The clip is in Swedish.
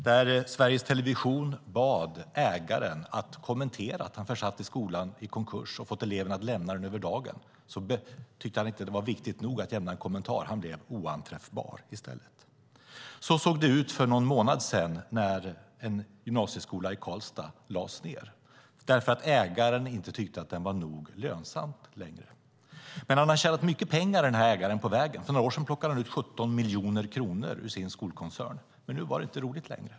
När Sveriges Television bad ägaren att kommentera att han försatt skolan i konkurs och fått eleverna att lämna den över dagen tyckte han inte att det var viktigt nog att lämna en kommentar. Han blev i stället oanträffbar. Så såg det ut för någon månad sedan när en gymnasieskola i Karlstad lades ned därför att ägaren inte tyckte att den var nog lönsam längre. Ägaren har dock tjänat mycket pengar på vägen. För några år sedan plockade han ut 17 miljoner kronor ur sin skolkoncern, men nu var det inte roligt längre.